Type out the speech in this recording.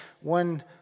one